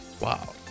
Wow